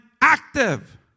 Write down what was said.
active